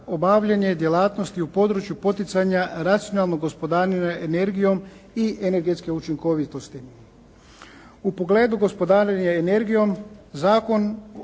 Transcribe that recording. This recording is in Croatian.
Hvala vam